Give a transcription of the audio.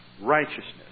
righteousness